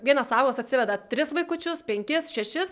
vienas augalas atsiveda tris vaikučius penkis šešis